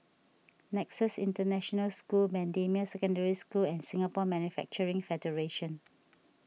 Nexus International School Bendemeer Secondary School and Singapore Manufacturing Federation